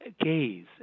gaze